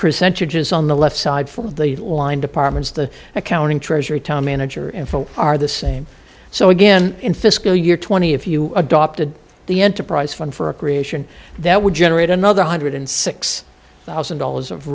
percentages on the left side for the line departments the accounting treasury town manager in full are the same so again in fiscal year twenty if you adopted the enterprise fund for a creation that would generate another hundred six thousand dollars of